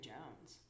Jones